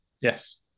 Yes